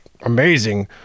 Amazing